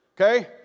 okay